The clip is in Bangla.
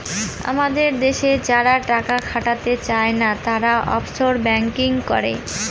আমাদের দেশে যারা টাকা খাটাতে চাই না, তারা অফশোর ব্যাঙ্কিং করে